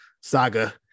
saga